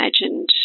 imagined